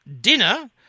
dinner